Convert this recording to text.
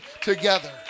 together